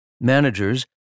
Managers